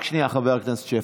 רק שנייה, חבר הכנסת שפע.